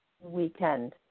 weekend